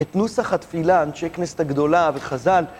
את נוסח התפילה אנשי כנסת הגדולה וחז"ל